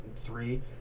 three